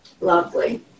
lovely